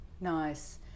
Nice